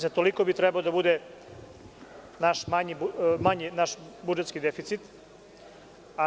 Za toliko bi trebalo da bude naš budžetski deficit manji.